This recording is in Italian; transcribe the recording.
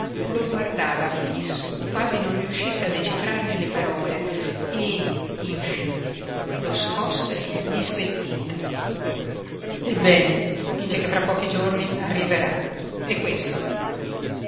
lo guardava fisso quasi non riuscisse a decifrarne le parole e infine lo scosse indispettita ebbene dice che fra pochi giorni arriverà è questo